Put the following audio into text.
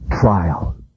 trial